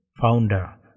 founder